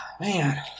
Man